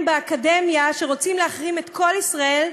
באקדמיה שרוצים להחרים את כל ישראל,